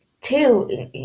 Two